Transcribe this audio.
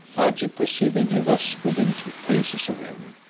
agib, perceiving he was within two paces of him,